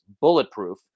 bulletproof